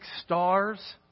stars